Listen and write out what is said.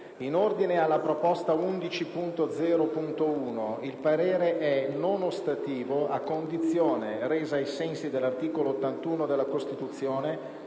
«In ordine alla proposta 11.0.1, il parere è non ostativo a condizione, resa ai sensi dell'articolo 81 della Costituzione,